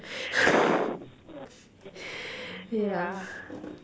yeah